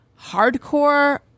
hardcore